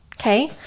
Okay